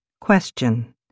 Question